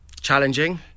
Challenging